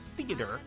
Theater